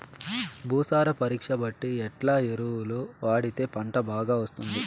భూసార పరీక్ష బట్టి ఎట్లా ఎరువులు వాడితే పంట బాగా వస్తుంది?